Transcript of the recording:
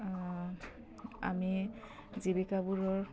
আমি জীৱিকাবোৰৰ